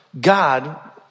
God